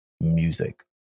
music